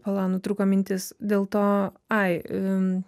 pala nutrūko mintis dėl to ai